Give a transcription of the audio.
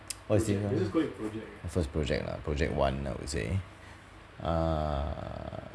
what's is it here first project ah project one I will say err